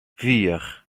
vier